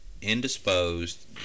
indisposed